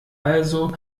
also